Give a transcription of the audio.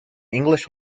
english